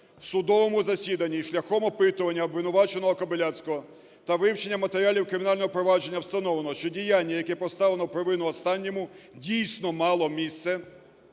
"В судовому засіданні шляхом опитування обвинуваченого Кобиляцького та вивчення матеріалів кримінального провадження встановлено, що діяння, яке поставлено в провину останньому, дійсно, мало місце;